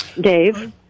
Dave